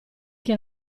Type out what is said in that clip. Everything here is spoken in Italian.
che